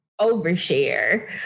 overshare